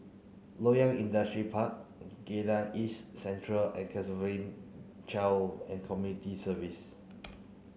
Loyang Industrial Park Geylang East Central and Child and Community Service